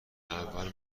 اول